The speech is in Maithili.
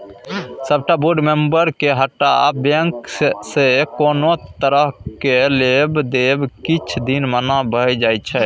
सबटा बोर्ड मेंबरके हटा बैंकसँ कोनो तरहक लेब देब किछ दिन मना भए जाइ छै